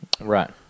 Right